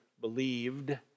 believed